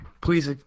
Please